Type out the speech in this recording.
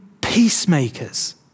peacemakers